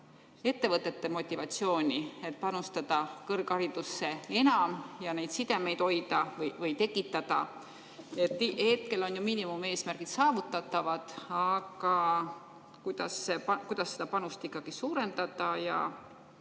ettevõtete motivatsiooni, et panustada kõrgharidusse enam ja neid sidemeid hoida või tekitada. Hetkel on ju miinimumeesmärgid saavutatavad, aga kuidas seda panust suurendada ja